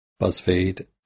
buzzfeed